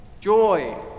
joy